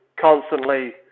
constantly